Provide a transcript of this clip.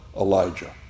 Elijah